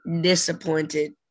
Disappointed